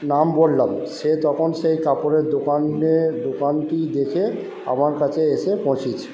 নাম বললাম সে তখন সেই কাপড়ের দোকানে দোকানটি দেখে আমার কাছে এসে পৌঁছেছে